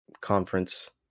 conference